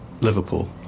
Liverpool